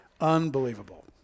Unbelievable